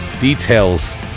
details